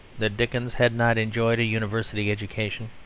that dickens had not enjoyed a university education.